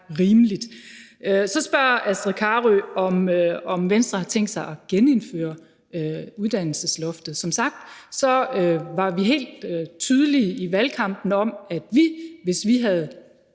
rimeligt. Så spørger Astrid Carøe, om Venstre har tænkt sig at genindføre uddannelsesloftet. Som sagt var vi helt tydelige i valgkampen om, at vi, hvis vi havde